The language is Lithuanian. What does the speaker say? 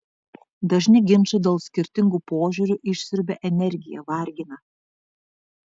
dažni ginčai dėl skirtingų požiūrių išsiurbia energiją vargina